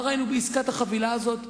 מה ראינו בעסקת החבילה הזאת?